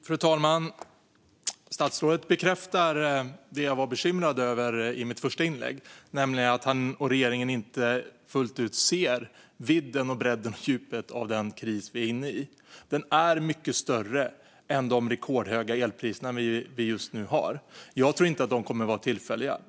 Fru talman! Statsrådet bekräftar det jag var bekymrad över i mitt första inlägg, nämligen att han och regeringen inte fullt ut ser vidden, bredden och djupet av den kris vi är inne i. Den är mycket större än de rekordhöga elpriser vi just nu har. Jag tror inte att de kommer att vara tillfälliga.